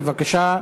בבקשה,